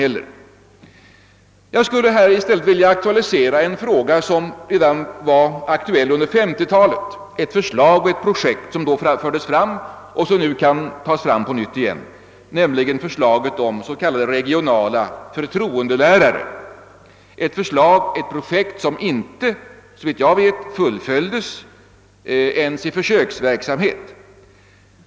Jag skulle här i stället vilja aktualisera en fråga som var aktuell redan under 1950-talet, nämligen ett projekt som då fördes fram och som nu kan tas fram på nytt: förslaget om s.k. regionala förtroendelärare, ett projekt som inte — såvitt jag vet — fullföljdes ens i försöksverksamhet.